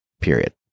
Period